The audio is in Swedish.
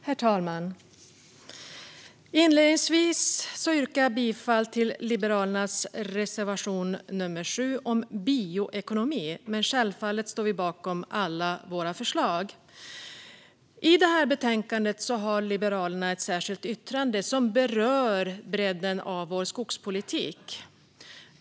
Herr talman! Jag yrkar bifall till Liberalernas reservation nummer 7 om bioekonomi, men självfallet står jag bakom alla våra förslag. I detta betänkande har Liberalerna ett särskilt yttrande som berör bredden på vår skogspolitik.